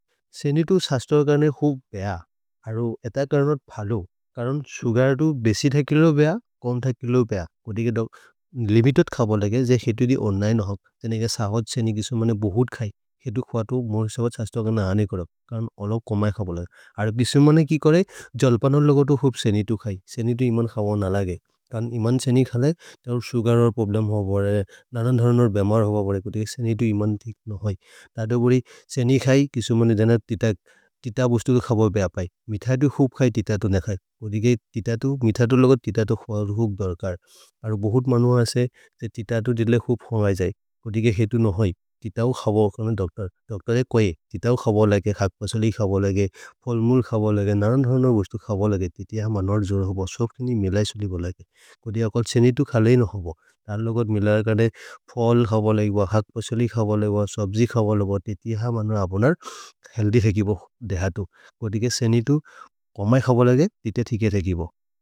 सेनि तु सस्तो कर्ने हुक् बेह अरो एत करनोद् फलो करन् सुगरतु बेसि थ किलो बेह कौम् थ किलो। भेह कोतिके लिमितेद् खब लगे जे हेतु दि ओन्लिने होग् जेनेगे सहज् सेनि किसुमने बहुत् खै। हेतु ख्वतु मोरे सबह् सस्तो कर्ने नहने करक् करन् अलप् कमए खब। लगे अरो किसुमने किकोरे जल्पनर् लोगतु। हुक् सेनि तु खै सेनि तु इमन् खब हो न लगे करन् इमन् सेनि खले। तरो सुगर् और् प्रोब्लेम् होबरे नरन् धरन् और् बेमार् होबरे। कोतिके सेनि तु इमन् नहै थदो बोरे सेनि खै किसुमने तित बुस्तु खब बेह पै मिथतु हुक् खै तित तु नहै। कोतिके तित तु मिथतु लोगत् तित तु खब हुक् धर्कर् अरो बहुत् मनु असे तित तु दिद्ले हुक् खवै जै। कोतिके हेतु नहै तितौ खब लगने दोक्तोर् दोक्तोर् ए कोइ तितौ खब। लगे खक् बसलि खब लगे। फोल्मुल् खब लगे नरन् धरन् बुस्तु खब लगे तितिय मनोर् जोरह् होब सोक्तिनि मिलै सोलि बो लगे। कोति अकर् सेनि तु खले हि नहो बो तलोगर् मिलै लगने फोल्मुल् खब लगे खक् बसलि खब लगे सब्जि खब लगे। तितिय मनोर् अपुनर् हेअल्थ्य् थेकि बो कोतिके सेनि तु कमै खब लगे तिते थेके थेकि बो।